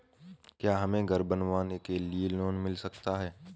क्या हमें घर बनवाने के लिए लोन मिल सकता है?